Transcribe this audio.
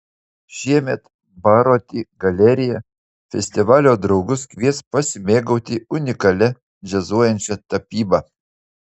šiemet baroti galerija festivalio draugus kvies pasimėgauti unikalia džiazuojančia tapyba